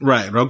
Right